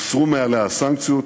הוסרו מעליה הסנקציות,